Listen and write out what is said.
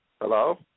Hello